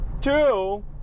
Two